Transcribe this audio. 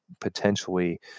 potentially